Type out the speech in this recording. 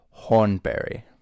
Hornberry